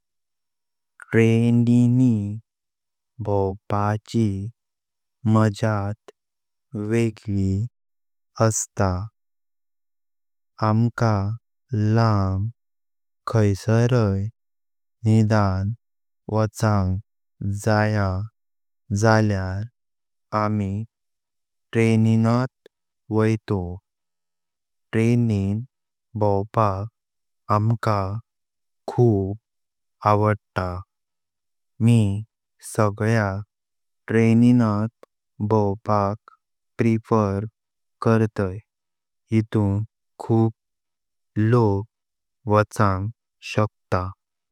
तीनिनी भोंवपाची मज्यात बेगली असता । आमका लाम खाइसराई निदान वाचन जया जायल्यार आमी ट्रेनात वैतोव । ट्रेनिन भोंवपाक आमका खुब आवडता । मी सगळ्यांग ट्रेनिनित भोंवपाक प्रेफर करतै । येतून खुब लोक वाचन सहक्ता ।